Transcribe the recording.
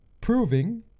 proving